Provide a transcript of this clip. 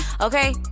okay